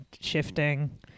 shifting